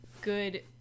good